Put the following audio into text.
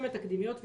תקדימיות,